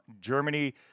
germany